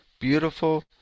beautiful